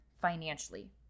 financially